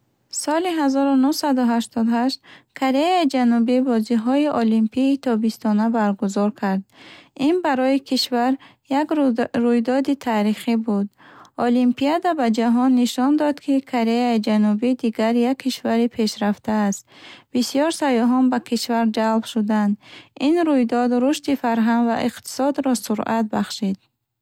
Соли ҳазору нуҳсаду ҳаштоду ҳашт Кореяи Ҷанубӣ бозиҳои олимпии тобистона баргузор кард. Ин барои кишвар як рудо рӯйдоди таърихӣ буд. Олимпиада ба ҷаҳон нишон дод, ки Кореяи Ҷанубӣ дигар як кишвари пешрафта аст. Бисёр сайёҳон ба кишвар ҷалб шуданд. Ин рӯйдод рушди фарҳанг ва иқтисодро суръат бахшид.